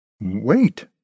Wait